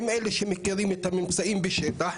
הם אלה שמכירים את הממצאים בשטח,